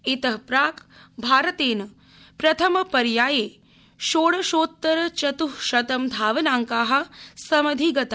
इतः प्राक् भारतेन प्रथमपर्याये षोडशोत्तर चत् शतं धावनांका समधिगता